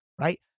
right